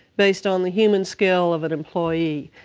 based on the human scale of an employee,